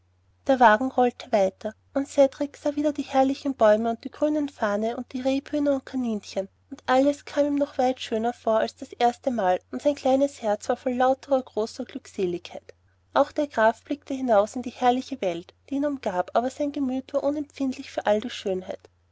der wagen rollte weiter und cedrik sah wieder die herrlichen bäume und die grünen farne und die rebhühner und kaninchen und alles kam ihm noch weit schöner vor als das erste mal und sein kleines herz war voll lauterer großer glückseligkeit auch der graf blickte hinaus in die herrliche welt die ihn umgab aber sein gemüt war unempfindlich für all die schönheit